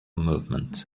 movement